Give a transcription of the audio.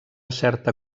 certa